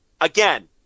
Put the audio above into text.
Again